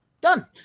Done